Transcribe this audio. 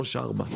3 ו-4.